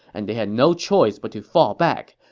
and they had no choice but to fall back.